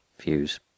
views